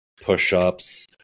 push-ups